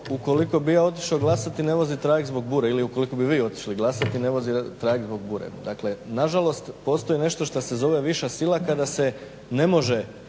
ukoliko bih ja otišao glasati i ne vozi trajekt zbog bure ili ukoliko bi vi otišli glasati i ne vozi trajekt zbog bure. Dakle nažalost postoji nešto što se zove viša sila kada se ne može